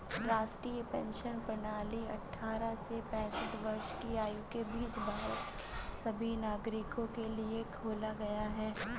राष्ट्रीय पेंशन प्रणाली अट्ठारह से पेंसठ वर्ष की आयु के बीच भारत के सभी नागरिकों के लिए खोला गया